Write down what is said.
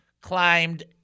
climbed